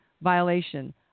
violation